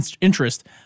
interest